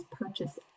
purchase